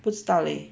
不知道嘞